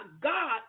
God